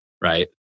right